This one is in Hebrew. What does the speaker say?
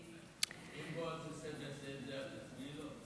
אם בועז יוסף יעשה את זה, את תיתני לו?